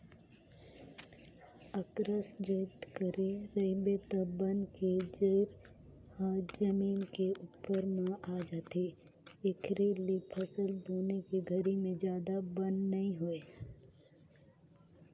अकरस जोतई करे रहिबे त बन के जरई ह जमीन के उप्पर म आ जाथे, एखरे ले फसल बुने के घरी में जादा बन नइ होय